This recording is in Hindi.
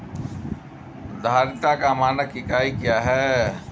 धारिता का मानक इकाई क्या है?